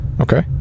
Okay